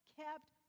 kept